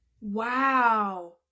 wow